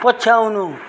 पछ्याउनु